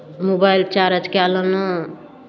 mobile charge कए लेलहुँ